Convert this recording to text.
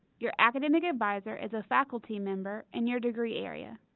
your academic advisor is a faculty member in your degree area.